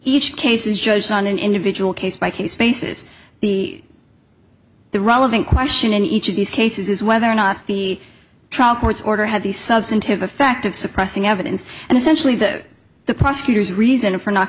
each case is judged on an individual case by case basis the the relevant question in each of these cases is whether or not the trial court's order had the substantive effect of suppressing evidence and essentially that the prosecutor's reason for not